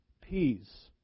peace